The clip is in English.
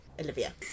Olivia